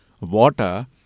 water